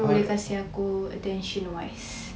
siapa boleh kasi aku attention wise